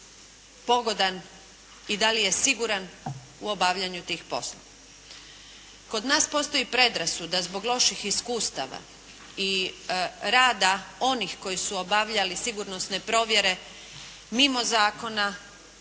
pogodan i da li je siguran u obavljanju tih poslova. Kod nas postoji predrasuda zbog loših iskustava i rada onih koji su obavljali sigurnosne provjere mimo zakona,